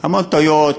המון טעויות,